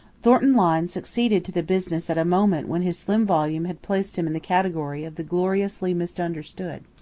thornton lyne succeeded to the business at a moment when his slim volume had placed him in the category of the gloriously misunderstood.